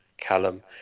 Callum